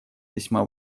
весьма